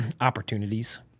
opportunities